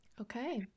Okay